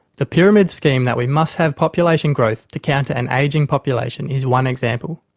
the pyramid scheme that we must have population growth to counter an ageing population is one example.